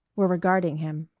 were regarding him.